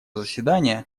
заседания